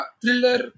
thriller